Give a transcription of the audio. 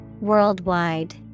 Worldwide